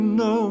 no